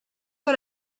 sur